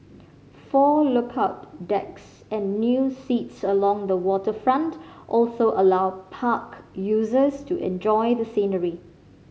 four lookout decks and new seats along the waterfront also allow park users to enjoy the scenery